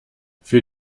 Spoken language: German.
für